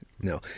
No